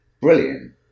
brilliant